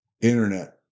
Internet